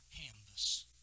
canvas